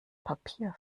papier